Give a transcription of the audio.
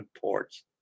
ports